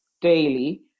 daily